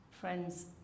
Friends